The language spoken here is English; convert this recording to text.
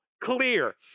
clear